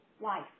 Life